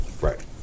Right